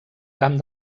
camp